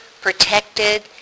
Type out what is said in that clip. protected